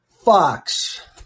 Fox